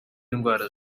ndwara